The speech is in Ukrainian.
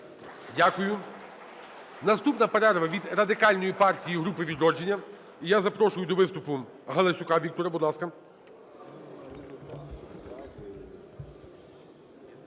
Дякую. Наступна перерва від Радикальної партії і групи "Відродження". І я запрошую до виступуГаласюка Віктора, будь ласка.